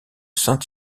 saint